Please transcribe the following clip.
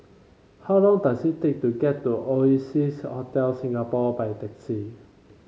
how long does it take to get to Oasias Hotel Singapore by taxi